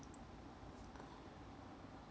oh